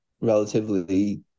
relatively